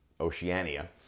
Oceania